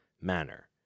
manner